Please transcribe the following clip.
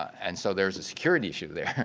and so there's a security issue there.